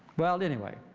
well, anyway,